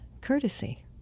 courtesy